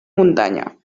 muntanya